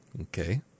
Okay